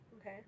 Okay